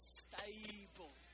stable